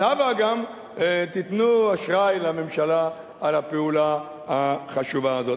אז הבה גם תיתנו אשראי לממשלה על הפעולה החשובה הזאת.